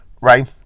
right